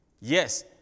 Yes